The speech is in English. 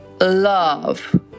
love